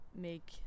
make